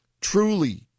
truly